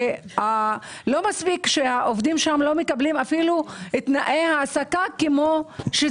אף על פי שהעובדים שם לא מקבלים את תנאי העסקה לפי